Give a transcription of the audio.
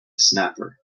snapper